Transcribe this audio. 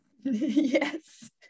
Yes